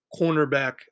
cornerback